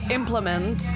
implement